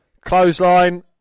Clothesline